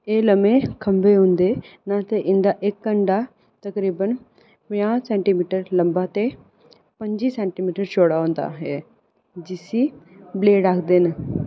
एह् लम्मे खंभे होंदे न ते इं'दा इक कंढा तकरीबन पंजाह् सेंटीमीटर लम्मा ते पंज्जी सेंटीमीटर चौड़ा होंदा ऐ जिसी ब्लेड आखदे न